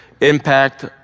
impact